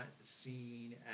seen